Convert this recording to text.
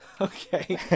Okay